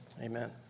Amen